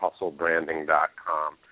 hustlebranding.com